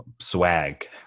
swag